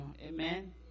Amen